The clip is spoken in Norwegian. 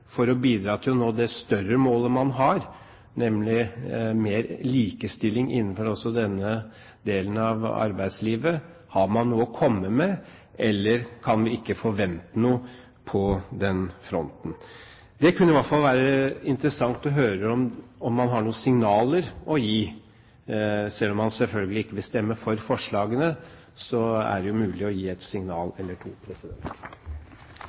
for å bidra til å nå det større målet man har, nemlig mer likestilling innenfor også denne delen av arbeidslivet? Har man noe å komme med, eller kan vi ikke forvente noe på den fronten? Det kunne i hvert fall vært interessant å høre om man har noen signaler å gi. Selv om man selvfølgelig ikke stemmer for forslagene, er det jo mulig å gi et signal eller to.